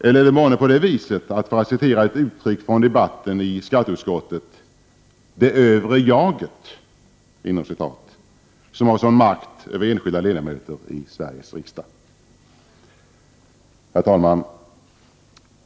Eller är det månne på det viset att, för att citera ett uttryck från debatten i skatteutskottet, ”det övre jaget” har en sådan makt över enskilda Herr talman!